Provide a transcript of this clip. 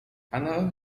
ano